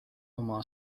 oma